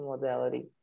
modality